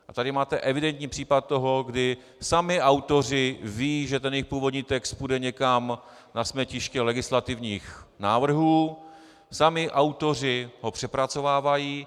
A tady máte evidentní případ toho, kdy sami autoři vědí, že jejich původní text půjde někam na smetiště legislativních návrhů, sami autoři ho přepracovávají.